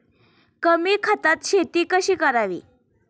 कमी खतात शेती कशी करावी?